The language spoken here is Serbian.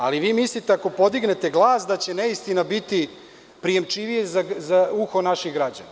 Ali, vi mislite da ako podignete glas, da će neistina biti prijemčivija za uho naših građana.